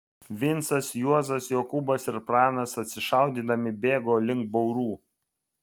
vincas juozas jokūbas ir pranas atsišaudydami bėgo link baurų